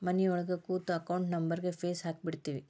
ಮನಿಯೊಳಗ ಕೂತು ಅಕೌಂಟ್ ನಂಬರ್ಗ್ ಫೇಸ್ ಹಾಕಿಬಿಡ್ತಿವಿ